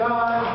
God